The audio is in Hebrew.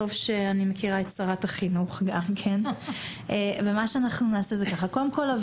טוב שאני מכירה את שרת החינוך גם ומה שאנחנו נעשה זה דבר כזה: קודם כל,